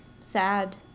sad